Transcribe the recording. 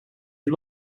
you